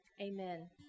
Amen